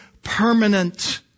Permanent